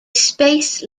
space